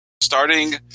Starting